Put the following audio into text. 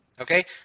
Okay